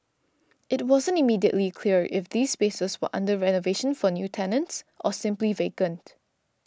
it wasn't immediately clear if these spaces were under renovation for new tenants or simply vacant